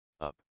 up